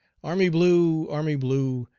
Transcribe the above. army-blue, army blue,